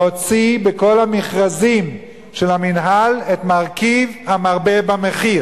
להוציא בכל המכרזים של המינהל את מרכיב המרבה במחיר.